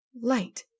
Light